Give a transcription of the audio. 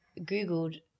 googled